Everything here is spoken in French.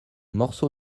morceau